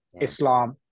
Islam